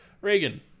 Reagan